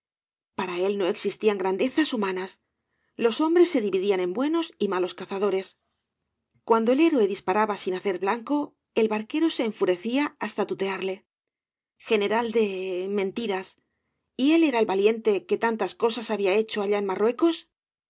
para él no existían grandezas humanas loa hombres se dividían en buenos y malos cazado res cuando el héroe disparaba sin hacer blanco el barquero se enfurecía hasta tutearle general de mentiras y él era el valiente que tantas cosas había hecho allá en marruecos